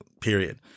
period